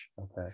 Okay